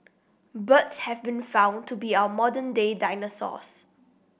birds have been found to be our modern day dinosaurs